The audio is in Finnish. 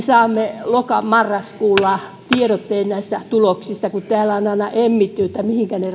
saamme loka marraskuulla tiedotteen näistä tuloksista kun täällä on aina emmitty mihinkä ne